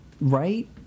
Right